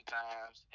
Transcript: times